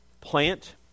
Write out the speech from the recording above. plant